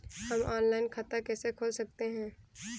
हम ऑनलाइन खाता कैसे खोल सकते हैं?